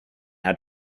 had